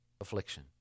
affliction